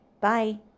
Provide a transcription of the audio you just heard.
bye